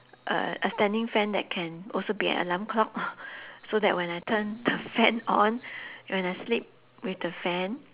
uh a standing fan that can also be an alarm clock so that when I turn the fan on when I sleep with the fan